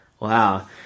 Wow